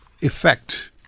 effect